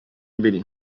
byli